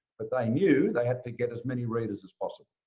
but they knew they had to get as many readers as possible.